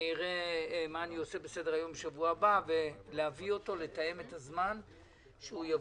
אראה מה אני עושה בסדר-היום בשבוע הבא ונתאם אתו זמן שהוא יבוא.